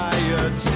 Tired